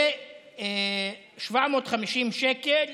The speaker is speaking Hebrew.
ו-750 שקל